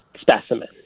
specimen